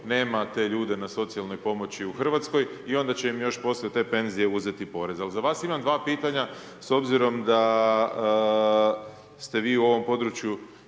nema te ljude na socijalnoj pomoći u Hrvatskoj i onda će im još poslije te penzije uzeti porez. Ali za vas imam dva pitanja s obzirom da ste vi u ovom području